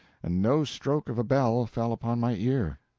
and no stroke of a bell fell upon my ear.